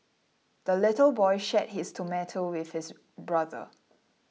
the little boy shared his tomato with his brother